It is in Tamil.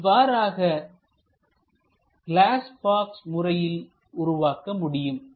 இவ்வாறாக கிளாஸ் பாக்ஸ் முறையில் உருவாக்க முடியும்